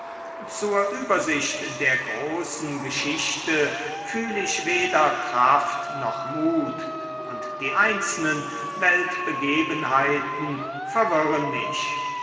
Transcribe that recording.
zur übersicht der großen geschichte fühl ich weder kraft noch mut und die einzelnen weltbegebenheiten verwirren mich